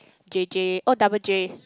J_J oh double J